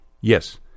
Yes